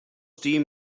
stie